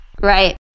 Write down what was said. Right